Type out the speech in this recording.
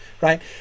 right